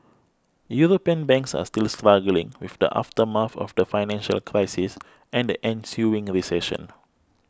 European banks are still struggling with the aftermath of the financial crisis and the ensuing recession